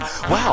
Wow